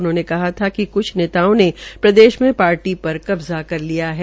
उन्होंने कहा था कि कुछ नेताओं ने प्रदेश में पार्टी पर कब्जा कर लिया है